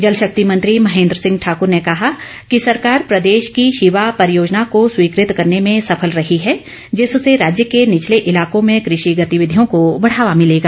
जलशक्ति मंत्री महेन्द्र सिंह ठाकूर ने कहा कि सरकार प्रदेश की शिवा परियोजना को स्वीकृत करने में सफल रही है जिससे राज्य के निचले इलाको में कृषि गतिविधियों को बढ़ावा मिलेगा